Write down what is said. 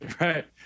right